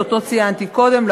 שאותו ציינתי קודם,